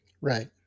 Right